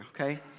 okay